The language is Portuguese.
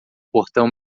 portão